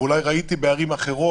ואולי ראיתי בערים אחרות,